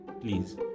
please